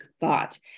thought